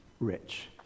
Rich